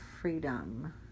freedom